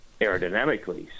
aerodynamically